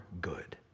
good